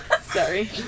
Sorry